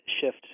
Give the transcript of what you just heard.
shift –